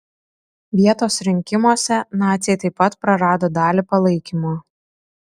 vietos rinkimuose naciai taip pat prarado dalį palaikymo